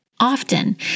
Often